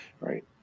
right